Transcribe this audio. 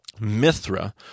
Mithra